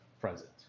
present